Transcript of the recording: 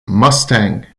mustang